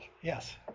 Yes